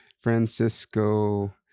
Francisco